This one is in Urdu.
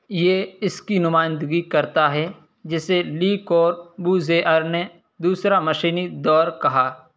یہ اس کی نمائندگی کرتا ہے جسے لی کوربوزیئر نے دوسرا مشینی دور کہا